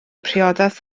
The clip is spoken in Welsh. priodas